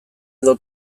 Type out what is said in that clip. edo